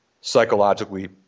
psychologically